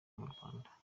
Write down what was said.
murwanda